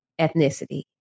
ethnicity